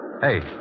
hey